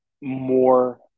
more